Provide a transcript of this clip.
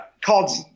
called